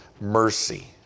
mercy